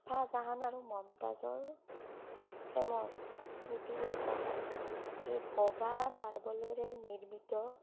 ছাহজাহান আৰু মমতাজৰ প্ৰেমৰ স্মৃতি বুলি কোৱা হয় সেই বগা মাৰ্বলেৰে নিৰ্মিত